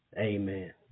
Amen